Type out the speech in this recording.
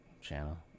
channel